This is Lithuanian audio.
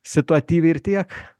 situatyviai ir tiek